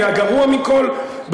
והגרוע מכול,